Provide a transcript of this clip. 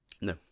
No